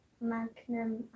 Magnum